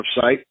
website